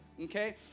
okay